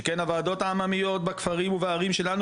שכן הוועדות העממיות בכפרים ובערים שלנו